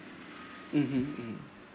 (uh huh) (uh huh)